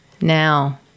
now